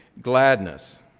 gladness